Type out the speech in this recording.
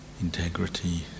integrity